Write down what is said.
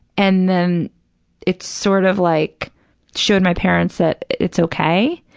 and then it's sort of like showed my parents that it's okay.